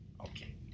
okay